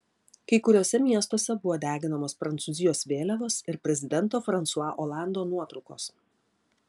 kai kuriuose miestuose buvo deginamos prancūzijos vėliavos ir prezidento fransua olando nuotraukos